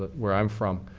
but where i'm from,